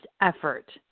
effort